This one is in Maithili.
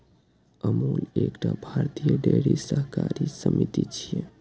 अमूल एकटा भारतीय डेयरी सहकारी समिति छियै